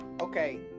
okay